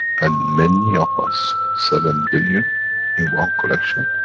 and many of us, seven billion in one collection.